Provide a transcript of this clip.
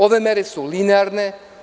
Ove mere su linearne.